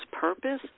purpose